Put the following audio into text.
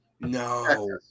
No